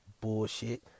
bullshit